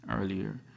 earlier